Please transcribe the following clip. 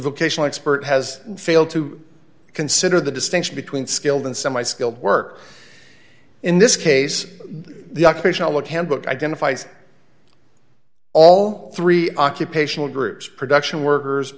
vocational expert has failed to consider the distinction between skilled and semi skilled work in this case the occupational look handbook identifies all three occupational groups production workers